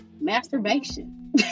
masturbation